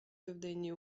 південній